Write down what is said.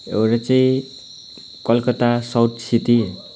एउटा चाहिँ Calcutta south city